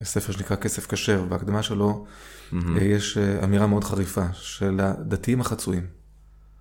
ספר שנקרא כסף כשר, בהקדמה שלו יש אמירה מאוד חריפה של הדתיים החצויים.